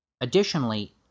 Additionally